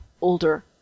older